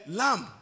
lamb